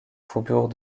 faubourg